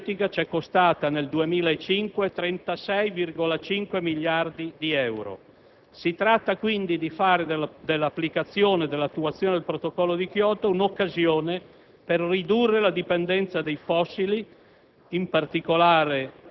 e la bolletta energetica ci è costata nel 2005 36,5 miliardi di euro. Si tratta quindi di fare dell'attuazione del Protocollo di Kyoto un'occasione per ridurre la dipendenza dai combustibili